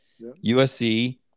USC